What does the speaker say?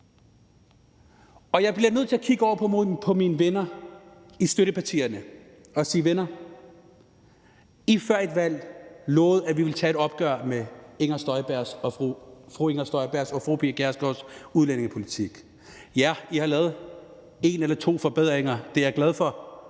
Og jeg bliver nødt til at kigge på mine venner i støttepartierne og sige: Venner, I lovede før valget, at I ville tage et opgør med fru Inger Støjbergs og fru Pia Kjærsgaards udlændingepolitik. Ja, I har lavet én eller to forbedringer; det er jeg glad for.